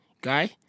guy